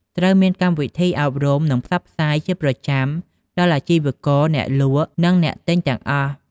ត្រូវមានកម្មវិធីអប់រំ និងផ្សព្វផ្សាយជាប្រចាំដល់អាជីវករ អ្នកលក់ និងអ្នកទិញទាំងអស់។